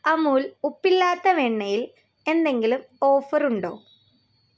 അമുൽ ഉപ്പില്ലാത്ത വെണ്ണയിൽ എന്തെങ്കിലും ഓഫർ ഉണ്ടോ